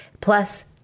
plus